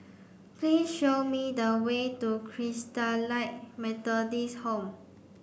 please show me the way to Christalite Methodist Home